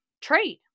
trade